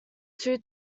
two